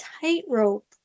tightrope